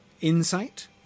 insight